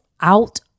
out